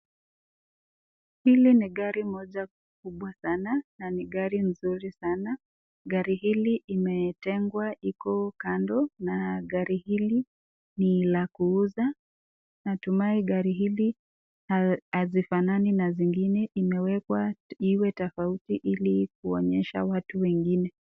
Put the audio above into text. Hili ni gari moja kubwa sana na ni gari mzuri sana. Gari hili imetengwa iko kando na gari hili ni la kuuza, natumai gari hili hazifanani na zingine, imewekwa iwe tofauti ili kuonyesha watu wengine.